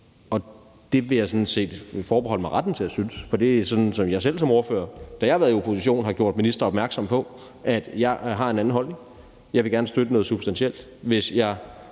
og det vil jeg sådan set forbeholde mig retten til at synes, for det er sådan, jeg selv som ordfører, når jeg har været i opposition, har gjort en minister opmærksom på, at jeg har haft en anden holdning, at jeg gerne ville støtte noget substantielt, og